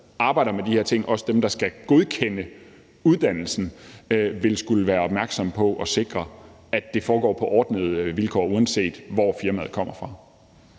der arbejder med de her ting, og også dem, der skal godkende uddannelsen, vil skulle være opmærksomme på at sikre, at det foregår på ordnede vilkår, uanset hvor firmaet kommer fra.